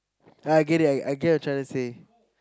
I I get it I get what you're trying to say